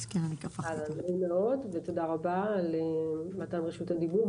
אהלן, נעים מאוד, ותודה רבה על מתן רשות הדיבור.